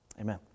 Amen